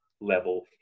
level